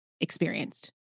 experienced